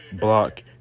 block